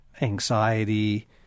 anxiety